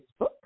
Facebook